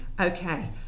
Okay